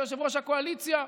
יושב-ראש הקואליציה,